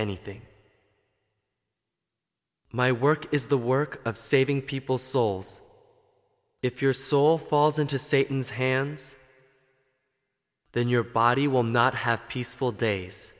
anything my work is the work of saving people's souls if your soul falls into satan's hands then your body will not have peaceful days